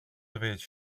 dowiedzieć